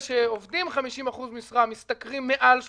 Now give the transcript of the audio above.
שעובדים ב-50% משרה משתכרים מעל 3,300,